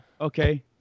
okay